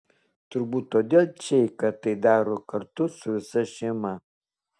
turbūt todėl čeika tai daro kartu su visa šeima